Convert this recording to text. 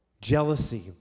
jealousy